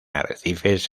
arrecifes